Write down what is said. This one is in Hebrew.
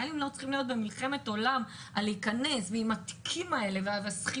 החיילים לא צריכים להיות במלחמת עולם להיכנס ועם התיקים והצפיפות.